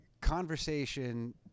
conversation